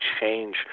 change